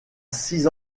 six